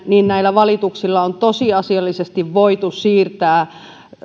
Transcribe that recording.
näillä valituksilla on tosiasiallisesti voitu siirtää